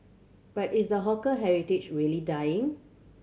but is the hawker heritage really dying